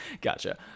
Gotcha